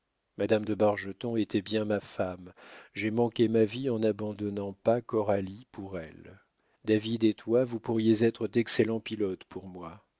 madame de bargeton était bien ma femme j'ai manqué ma vie en n'abandonnant pas coralie pour elle david et toi vous pourriez être d'excellents pilotes pour moi